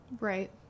right